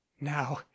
Now